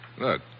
Look